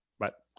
but,